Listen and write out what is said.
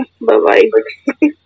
Bye-bye